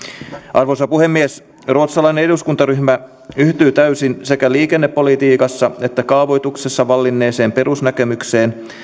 arvoisa puhemies ruotsalainen eduskuntaryhmä yhtyy täysin sekä liikennepolitiikassa että kaavoituksessa vallinneeseen perusnäkemykseen